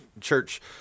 church